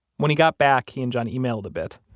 when he got back, he and john emailed a bit.